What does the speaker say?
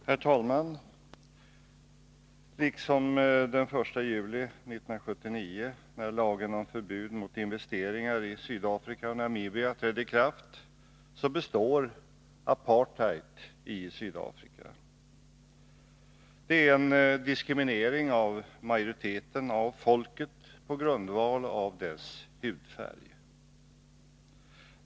Herr talman! Liksom den 1 juli 1979, när lagen om förbud mot investeringar i Sydafrika och Namibia trädde i kraft, består apartheid i Sydafrika, vilket innebär en diskriminering av majoriteten av folket på grundval av dess hudfärg.